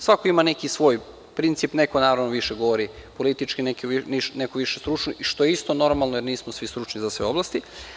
Svako ima neki svoj princip, neko, naravno, više govori politički, neko više stručno, što je isto normalno jer nismo svi stručni za sve oblasti.